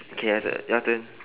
okay your turn your turn